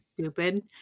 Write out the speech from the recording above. stupid